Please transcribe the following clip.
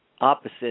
opposite